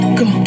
go